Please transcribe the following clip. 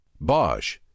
Bosch